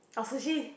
or sushi